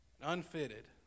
unfitted